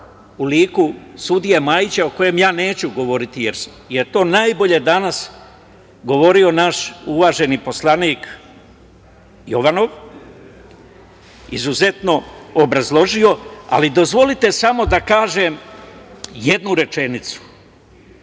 u liku sudija Majića o kojem ja neću govoriti, jer o tome je najbolje danas govorio naš uvaženi poslanik Jovanov, izuzetno obrazložio, ali dozvolite samo da kažem jednu rečenicu.